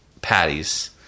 patties